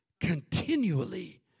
Continually